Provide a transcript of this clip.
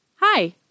Hi